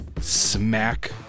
smack